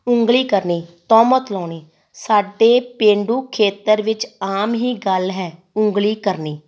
ਉਂਗਲੀ ਕਰਨੀ ਤੋਹਮਤ ਲਾਉਣੀ ਸਾਡੇ ਪੇਂਡੂ ਖੇਤਰ ਵਿੱਚ ਆਮ ਹੀ ਗੱਲ ਹੈ ਉਂਗਲੀ ਕਰਨੀ